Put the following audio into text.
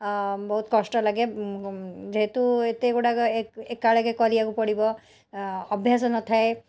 ଆ ବହୁତ କଷ୍ଟ ଲାଗେ ଯେହେତୁ ଏତେ ଗୁଡ଼ାକ ଏକାବେଳେକେ କରିବାକୁ ପଡ଼ିବ ଏଁ ଅଭ୍ୟାସ ନଥାଏ